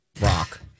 rock